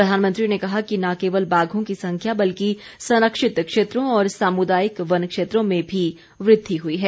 प्रधानमंत्री ने कहा कि न केवल बाघों की संख्या बल्कि संरक्षित क्षेत्रों और सामुदायिक वनक्षेत्रों में भी वृद्धि हुई है